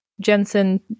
Jensen